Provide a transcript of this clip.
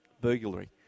burglary